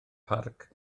parc